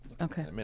Okay